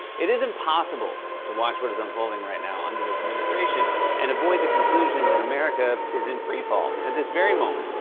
it is impossible to watch what is unfolding right now under this administration and avoid the conclusion that america is in freefall. at this very moment,